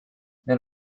then